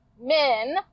Men